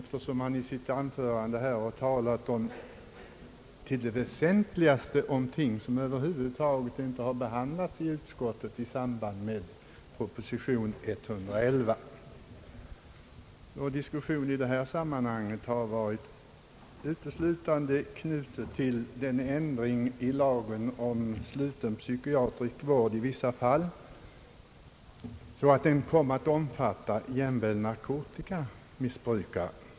I sitt anförande här har han väsentligen talat om ting som över huvud taget inte behandlats i utskottet i samband med proposition nr 111. Diskussionen i det här sammanhanget har uteslutande varit knuten till den föreslagna ändringen i lagen om sluten psykiatrisk vård i vissa fall, genom vilken lagen skulle komma att omfatta jämväl narkotikamissbrukare.